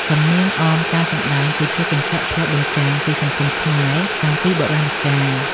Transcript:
សំនៀងអមការសម្ដែងគឺជាកញ្ចក់ឆ្លុះបញ្ចាំងពីសង្គមខ្មែរតាំងពីបុរាណកាល។